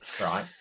Right